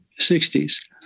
60s